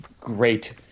great